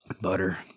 Butter